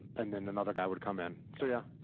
and and then another guy would come in. so yeah.